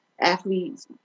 athletes